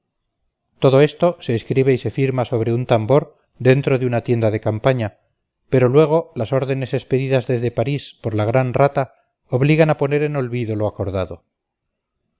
todo esto se escribe y se firma sobre un tambor dentro de una tienda de campaña pero luego las órdenes expedidas desde parís por la gran rata obligan a poner en olvido lo acordado